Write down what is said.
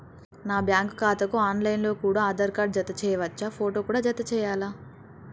నా బ్యాంకు ఖాతాకు ఆన్ లైన్ లో కూడా ఆధార్ కార్డు జత చేయవచ్చా ఫోటో కూడా జత చేయాలా?